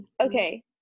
Okay